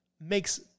makes